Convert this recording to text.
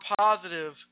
positive